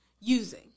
using